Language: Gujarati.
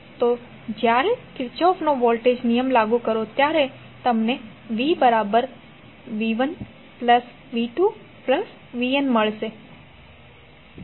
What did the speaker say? તો જ્યારે કિર્ચોફના વોલ્ટેજ નિયમ લાગુ કરો ત્યારે તમને vv1v2vn મેળશે